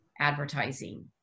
Advertising